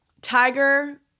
Tiger